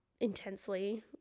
intensely